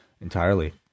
entirely